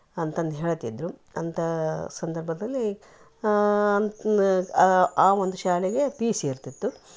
ಅಂತಂದು ಹೇಳುತ್ತಿದ್ದರು ಅಂಥ ಸಂದರ್ಭದಲ್ಲಿ ಅಂತ್ ಆ ಆ ಒಂದು ಶಾಲೆಗೆ ಪಿ ಯು ಸಿ ಇರ್ತಿತ್ತು